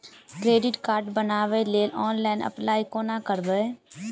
Credit card बनाबै लेल online apply कोना करबै?